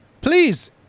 please